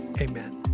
amen